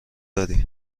داری